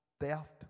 theft